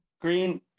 Green